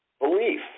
belief